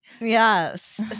Yes